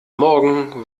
morgen